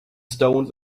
stones